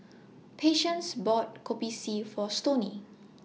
Patience bought Kopi C For Stoney